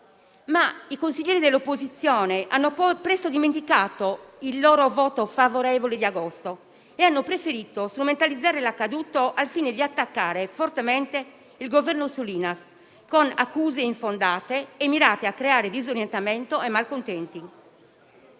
ma i consiglieri dell'opposizione hanno presto dimenticato il loro voto favorevole di agosto e hanno preferito strumentalizzare l'accaduto al fine di attaccare fortemente il governo Solinas con accuse infondate e mirate a creare disorientamento e malcontenti.